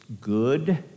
good